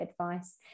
advice